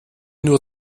nur